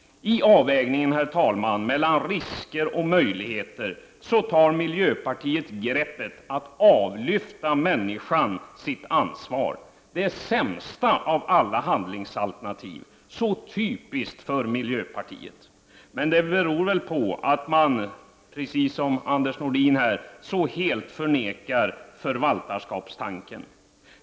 I avvägningen, herr talman, mellan risker och möjligheter tar miljöpartiet greppet att avlyfta människan hennes ansvar — det sämsta av alla handlingsalternativ. Så typiskt för miljöpartiet! Men det beror väl på att man, precis såsom Anders Nordin här, så helt förnekar förvaltarskapstanken.